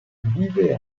vive